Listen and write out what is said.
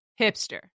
Hipster